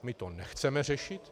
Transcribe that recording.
My to nechceme řešit.